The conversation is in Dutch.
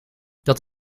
dat